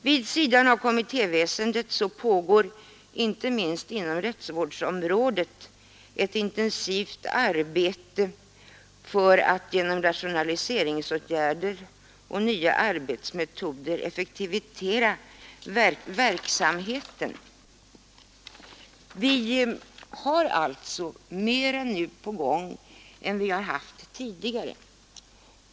Vid sidan av kommittéväsendet pågår dessutom, inte minst inom rättsvårdsområdet, ett intensivt arbete för att genom rationaliseringsåtgärder och nya arbetsmetoder effektivisera verksamheten. Vi har alltså mer på gång nu än vi har haft tidigare.